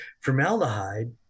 formaldehyde